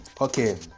okay